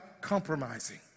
Compromising